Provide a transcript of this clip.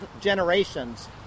generations